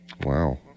wow